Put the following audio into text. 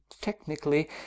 technically